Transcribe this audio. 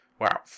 Wow